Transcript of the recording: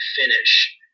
finish